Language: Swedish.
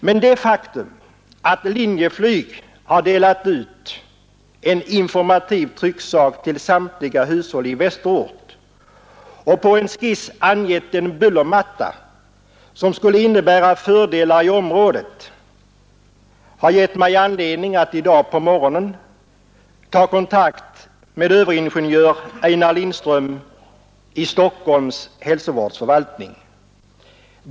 Men det faktum att Linjeflyg har delat ut en informativ trycksak till samtliga hushåll i Västerort och på en skiss ritat upp en bullermatta som skulle innebära fördelar i området har gett mig anledning att i dag på morgonen ta kontakt med överingenjör Einar Lindström i Stockholms hälsovårdsförvaltning.